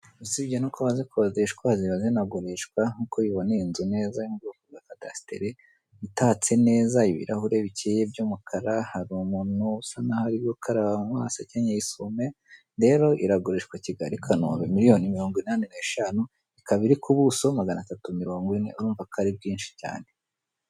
Usibye no kuba zikodeshwa ziba zinagurishwa nkuko ubibona iyi nzu neza n'ubwoko bwa kadesiteri itatse neza ibirahuri bikeye by'umukara, hari umuntu usanaho ari gukaraba mu maso akenyeye isume, rero iragurishwa Kigali-Kanombe miriyoni mirongo inani n'eshanu ikaba iri kubuso maganatatu mirongowine urumva ko ari bwinshi cyane.